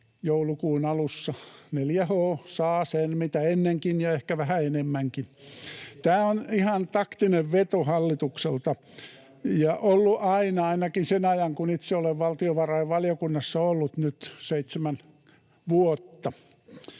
joulukuun alussa 4H saa sen, mitä ennenkin, ja ehkä vähän enemmänkin. Tämä on ihan taktinen veto hallitukselta ja ollut aina ainakin sen ajan, kun itse olen valtiovarainvaliokunnassa ollut, nyt seitsemän vuotta.